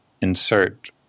insert